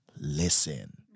listen